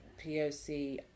POC